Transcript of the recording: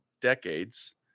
decades